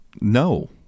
no